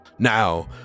Now